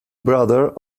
brother